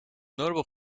notable